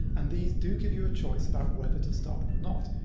and these do give you a choice about whether to start them or not.